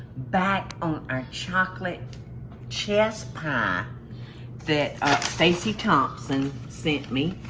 back on our chocolate chess pie that stacy thompson sent me.